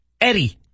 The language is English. Eddie